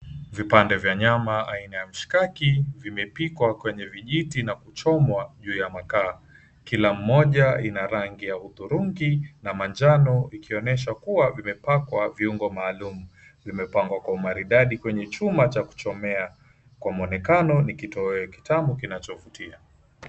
Vipande vya nyama aina ya mishikaki vimepikwa kwenye vijiti na kuchomwa juu ya makaa. Kila moja ina rangi ya hudhurungi na manjano ikionyesha kuwa vimepakwa viungo maalum .Vimepangwa kwa umaridadi kwenye chuma cha kuchomea kwa mwonekano ni kitoweo kitamu kinachovutia.